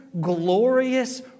glorious